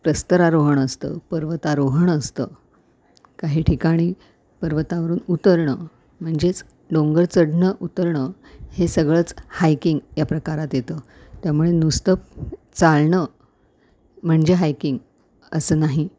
प्रस्तररोहण असतं पर्वतारोहण असतं काही ठिकाणी पर्वतावरून उतरणं म्हणजेच डोंगर चढणं उतरणं हे सगळंच हायकिंग या प्रकारात येतं त्यामुळे नुसतं चालणं म्हणजे हायकिंग असं नाही